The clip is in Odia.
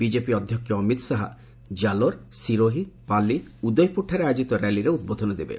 ବିଜେପି ଅଧ୍ୟକ୍ଷ ଅମିତ ଶାହା ଜାଲୋର ସିରୋହି ପାଲି ଉଦୟପୁରଠାରେ ଆୟୋକିତ ର୍ୟାଲିରେ ଉଦ୍ବୋଧନ ଦେବେ